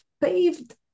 paved